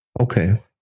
Okay